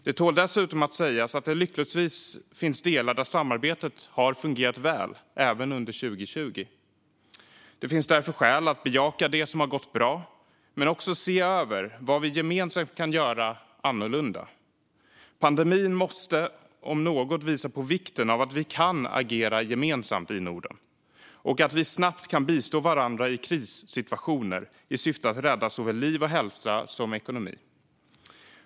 Det tål dessutom att sägas att det lyckligtvis finns delar där samarbetet har fungerat väl, även under 2020. Det finns därför skäl att bejaka det som har gått bra men också att se över vad vi gemensamt kan göra annorlunda. Pandemin måste om något visa på vikten av att vi kan agera gemensamt i Norden och att vi snabbt kan bistå varandra i krissituationer i syfte att rädda såväl liv och hälsa som ekonomi.